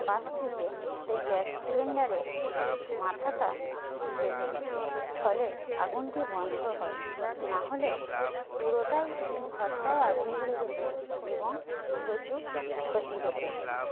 পাশ থেকে সেই গ্যাস সিলিন্ডারের মাথাটা চিপে ধরি ফলে আগুনটি বন্ধ হয় না হলে পুরোটাই ঘরটায় আগুন ধরে যেত এবং প্রচুর ক্ষতি হত